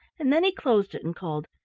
and then he closed it and called,